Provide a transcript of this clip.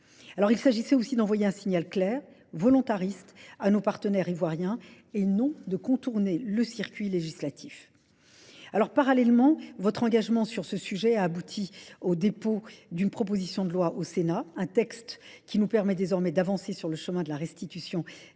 Il s'agissait aussi d'envoyer un signal clair, volontariste, à nos partenaires ivoiriens et non de contourner le circuit législatif. Parallèlement, votre engagement sur ce sujet a abouti au dépôt d'une proposition de loi au Sénat, un texte qui nous permet désormais d'avancer sur le chemin de la restitution